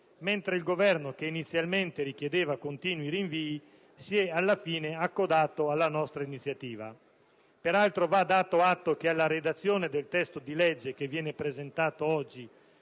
mentre il Governo, che inizialmente richiedeva continui rinvii si sia alla fine accodato alla nostra iniziativa. Peraltro, va dato atto che alla redazione del testo presentato oggi